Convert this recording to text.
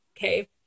Okay